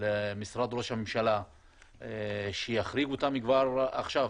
למשרד ראש הממשלה שיחריג אותם כבר עכשיו,